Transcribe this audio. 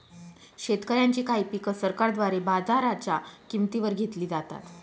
शेतकऱ्यांची काही पिक सरकारद्वारे बाजाराच्या किंमती वर घेतली जातात